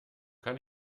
kann